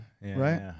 Right